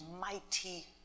mighty